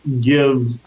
give